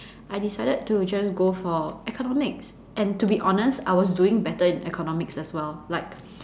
I decided to just go for economics and to be honest I was doing better in economics as well like